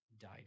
died